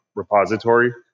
Repository